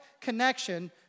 connection